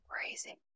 crazy